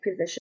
position